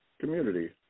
community